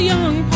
Young